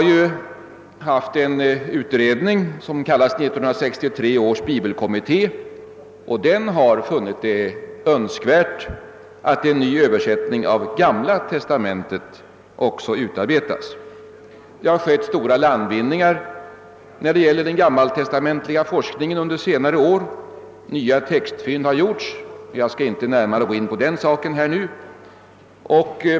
Vi har haft en utredning, 1963 års bibelkommitté, som funnit det önskvärt att en ny översättning också av Gamla testamentet utarbetas. Under senare år har stora landvinningar gjorts beträffande den gammaltestamentliga forskningen. Nya textfynd har också gjorts. Jag skall dock inte här gå närmare in på den saken.